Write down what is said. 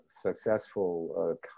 successful